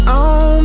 on